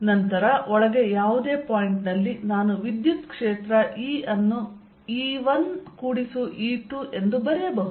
ನಂತರ ಒಳಗೆ ಯಾವುದೇ ಪಾಯಿಂಟ್ ನಲ್ಲಿ ನಾನು ವಿದ್ಯುತ್ ಕ್ಷೇತ್ರ E ಅನ್ನು E1 ಕೂಡಿಸು E2 ಎಂದು ಬರೆಯಬಹುದು